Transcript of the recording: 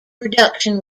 production